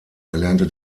erlernte